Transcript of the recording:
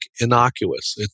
innocuous